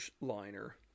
liner